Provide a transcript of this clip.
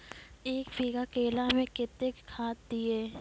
एक बीघा केला मैं कत्तेक खाद दिये?